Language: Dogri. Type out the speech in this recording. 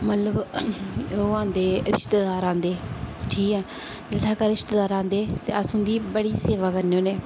मतलब ओह् आंदे रिश्तेदार आंदे ठीक ऐ जिसलै साढ़े घर रिश्तेदार आंदे ते अस उं'दी बड़ी सेवा करने होन्ने